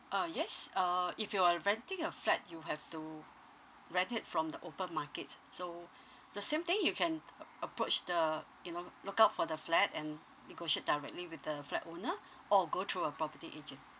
ah yes uh if you are renting a flat you have to rent it from the open market so the same thing you can a~ approach the you know look out for the flat and negotiate directly with the flat owner or go through a property agent